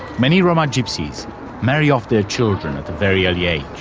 many roma gypsies marry off their children at a very early age.